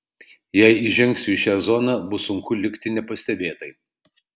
jei įžengsiu į šią zoną bus sunku likti nepastebėtai